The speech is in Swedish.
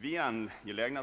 Vi är